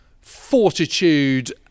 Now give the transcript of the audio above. fortitude